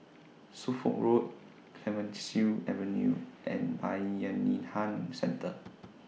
Suffolk Road Clemenceau Avenue and Bayanihan Centre